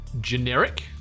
Generic